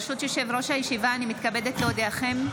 ברשות יושב-ראש הישיבה, הינני מתכבדת להודיעכם,